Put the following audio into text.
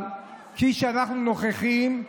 אבל כפי שאנחנו נוכחים,